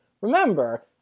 Remember